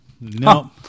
no